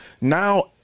now